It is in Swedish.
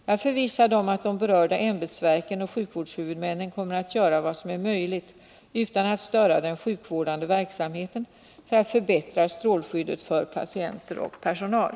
Jag är förvissad om att de berörda ämbetsverken och sjukvårdshuvudmännen kommer att göra vad som är möjligt utan att störa den sjukvårdande verksamheten för att förbättra strålskyddet för patienter och personal.